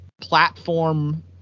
platform